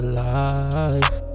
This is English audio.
life